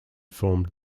formed